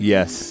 Yes